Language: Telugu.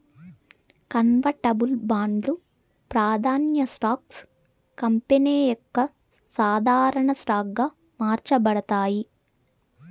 కన్వర్టబుల్ బాండ్లు, ప్రాదాన్య స్టాక్స్ కంపెనీ యొక్క సాధారన స్టాక్ గా మార్చబడతాయి